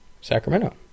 Sacramento